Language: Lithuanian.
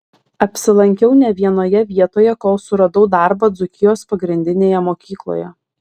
apsilankiau ne vienoje vietoje kol suradau darbą dzūkijos pagrindinėje mokykloje